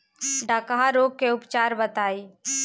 डकहा रोग के उपचार बताई?